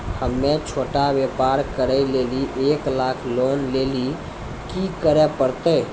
हम्मय छोटा व्यापार करे लेली एक लाख लोन लेली की करे परतै?